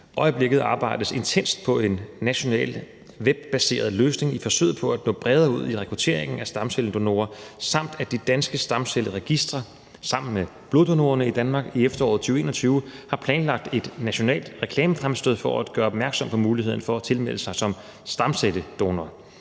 øjeblikket arbejdes intenst på en national webbaseret løsning i forsøget på at nå bredere ud i rekrutteringen af stamcelledonorer, samt at de danske stamcelleregistre sammen med bloddonorerne i Danmark i efteråret 2021 har planlagt et nationalt reklamefremstød for at gøre opmærksom på muligheden for at tilmelde sig som stamcelledonor,